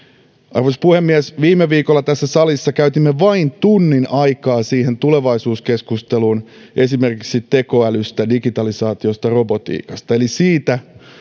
arvoisa puhemies viime viikolla tässä salissa käytimme vain tunnin aikaa tulevaisuuskeskusteluun esimerkiksi tekoälystä digitalisaatiosta ja robotiikasta eli siitä